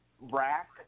rack